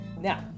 Now